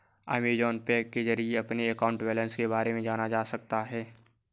Amazon Pay के जरिए अपने अकाउंट बैलेंस के बारे में जाना जा सकता है